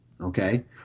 okay